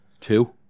Two